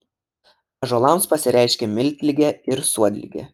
ąžuolams pasireiškia miltligė ir suodligė